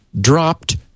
dropped